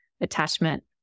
attachment